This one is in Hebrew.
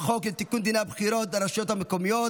לתיקון דיני הבחירות לרשויות המקומיות